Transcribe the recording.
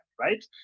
Right